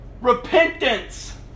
Repentance